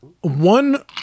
One